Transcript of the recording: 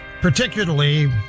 particularly